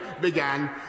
began